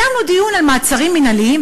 קיימנו דיון על מעצרים מינהליים,